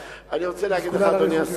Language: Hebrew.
סגולה לאריכות ימים.